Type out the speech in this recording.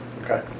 Okay